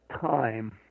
time